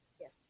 Yes